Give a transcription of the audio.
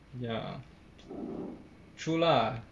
ya true lah